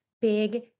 big